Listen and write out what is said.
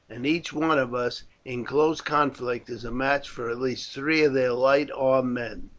and each one of us in close conflict is a match for at least three of their light armed men.